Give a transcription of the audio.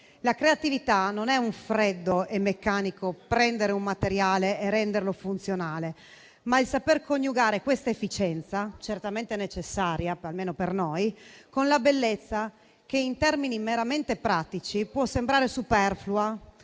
La creatività non è una fredda e meccanica presa di un materiale per renderlo funzionale, ma significa saper coniugare questa efficienza, certamente necessaria, almeno per noi, con la bellezza che, in termini meramente pratici, può sembrare superflua,